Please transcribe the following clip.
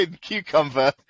cucumber